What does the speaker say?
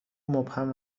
مبهم